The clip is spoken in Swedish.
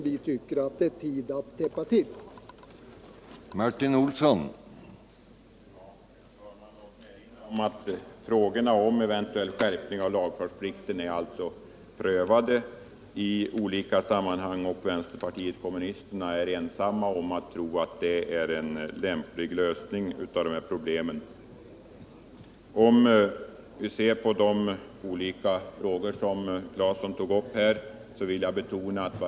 Vi tycker att det nu är på tiden att täppa till de luckorna.